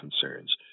concerns